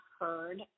heard